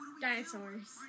dinosaurs